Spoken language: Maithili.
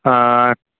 ठीक छै